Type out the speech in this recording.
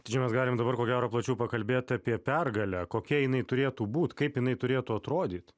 tai čia mes galim dabar ko gero plačiau pakalbėt apie pergalę kokia jinai turėtų būt kaip jinai turėtų atrodyt